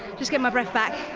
just get my breath back